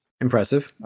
impressive